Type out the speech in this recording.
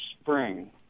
spring